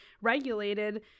regulated